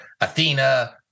Athena